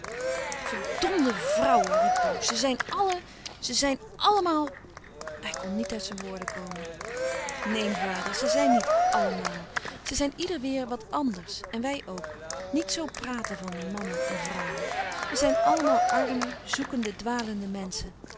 vrouwen riep pauws ze zijn allen ze zijn allemaal hij kon niet uit zijn woorden komen neen vader ze zijn niet allemaal ze zijn ieder weêr wat anders en wij ook niet zoo praten van mannen en vrouwen we zijn allemaal arme zoekende dwalende menschen